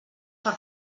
per